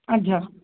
अच्छा